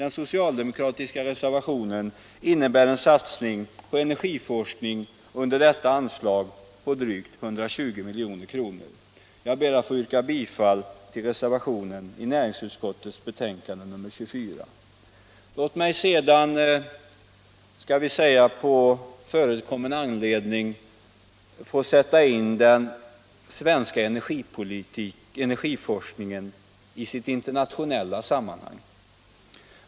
Den socialdemokratiska re 14 april 1977 servationen innebär en satsning på energiforskning under detta anslag på drygt 120 milj.kr. Särskilt tillstånd att Jag ber att få yrka bifall till reservationen vid näringsutskottets be = tillföra kärnreaktänkande nr 24. tor kärnbränsle, Låt mig sedan — skall vi säga på förekommen anledning — sätta in = m.m. den svenska energiforskningen i dess internationella sammanhang.